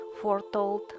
foretold